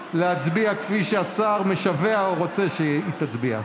להצביע כפי שהשר משווע או רוצה שהיא תצביע.